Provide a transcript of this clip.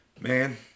man